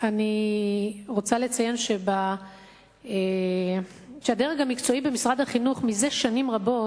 אני רוצה לציין שהדרג המקצועי במשרד החינוך זה שנים רבות